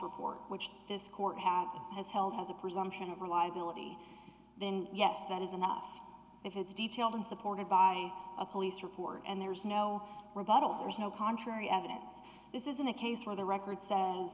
report which this court has held has a presumption of reliability then yes that is enough if it's detail then supported by a police report and there is no rebuttal there's no contrary evidence this isn't a case where the record says